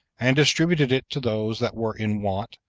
and distributed it to those that were in want,